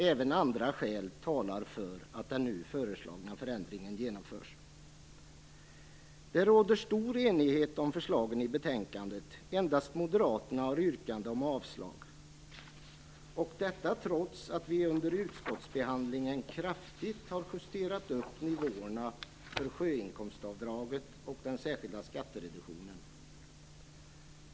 Även andra skäl talar för att den nu föreslagna förändringen genomförs. Det råder stor enighet om förslagen i betänkandet. Endast moderaterna har yrkande om avslag - och detta trots att vi under utskottsbehandlingen kraftigt har justerat upp nivåerna för sjöinkomstavdraget och den särskilda skattereduktionen.